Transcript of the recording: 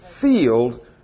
field